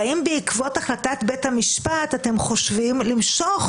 והאם בעקבות החלטת בית המשפט אתם חושבים למשוך